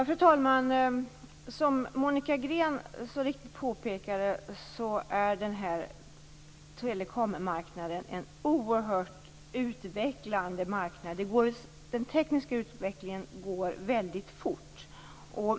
Fru talman! Som Monica Green så riktigt påpekade är telekommarknaden en marknad i oerhörd utveckling. Den tekniska utvecklingen går väldigt fort.